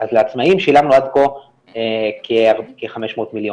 אז לעצמאים שילמנו עד כה כ-500 מיליון,